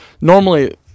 normally